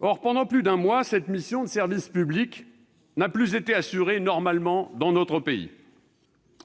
Or, pendant plus d'un mois, cette mission de service public n'a plus été assurée normalement dans notre pays.